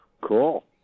Cool